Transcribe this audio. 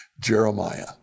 Jeremiah